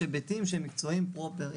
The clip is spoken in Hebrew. יש היבטים שהם מקצועיים פרופר.